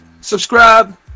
subscribe